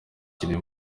kiri